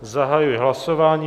Zahajuji hlasování.